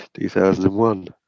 2001